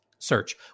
search